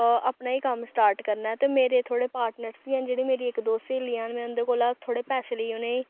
अपना गै कम्म स्टार्ट करना ऐ ते मेरे थोह्ड़े पार्टनर्स बी हैन जेह्ड़े मेरी इक दो स्हेलियां न में उंदे कोला थोह्ड़े पैसै लेइयै उ'नें गी